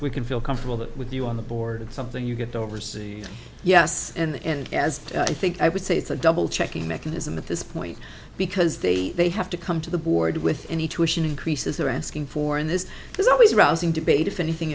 we can feel comfortable that with you on the board something you get over say yes and as i think i would say it's a double checking mechanism at this point because they they have to come to the board with any tuition increases they're asking for and this is always a rousing debate if anything